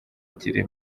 kiri